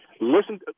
listen